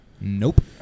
Nope